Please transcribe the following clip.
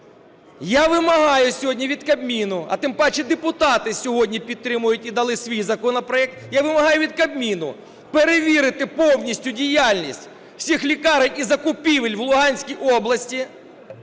Я вимагаю сьогодні від Кабміну – а тим паче депутати сьогодні підтримують і дали свій законопроект – я вимагаю від Кабміну перевірити повністю діяльність всіх лікарень і закупівель в Луганській області.